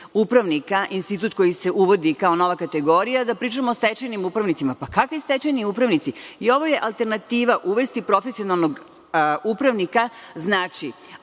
institut koji se uvodi kao nova kategorija, da pričamo o stečajnim upravnicima. Pa kakvi stečajni upravnici? I ovo je alternativa uvesti profesionalnog upravnika znači